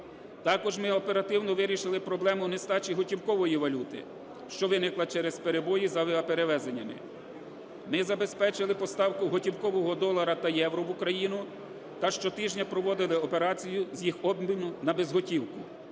Також ми оперативно вирішили проблему нестачі готівкової валюти, що виникла через перебої з авіаперевезеннями. Ми забезпечили поставку готівкового долара та євро в Україну та щотижня проводили операцію з їх обміну на безготівку.